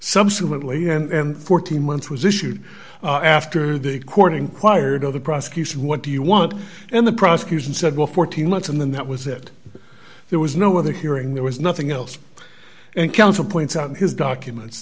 subsequently and fourteen months was issued after the courting quired of the prosecution what do you want and the prosecution said well fourteen months and then that was it there was no other hearing there was nothing else and counsel points out in his documents